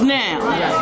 now